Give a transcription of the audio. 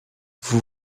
vous